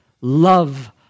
love